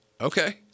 Okay